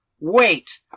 Wait